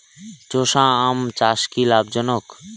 চোষা আম চাষ কি লাভজনক?